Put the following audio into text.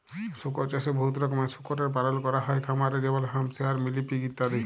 শুকর চাষে বহুত রকমের শুকরের পালল ক্যরা হ্যয় খামারে যেমল হ্যাম্পশায়ার, মিলি পিগ ইত্যাদি